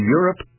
Europe